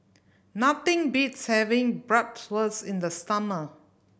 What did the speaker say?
nothing beats having Bratwurst in the summer